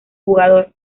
jugador